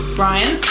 brian,